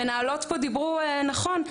המנהלות פה דיברו נכון,